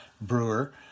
brewer